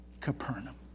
Capernaum